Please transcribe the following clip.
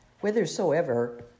whithersoever